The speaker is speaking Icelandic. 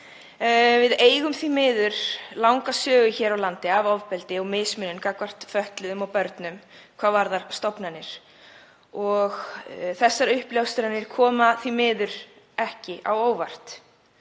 Við eigum því miður langa sögu hér á landi af ofbeldi og mismunun gagnvart fötluðum börnum á stofnunum og þessar uppljóstranir koma því miður ekki á óvart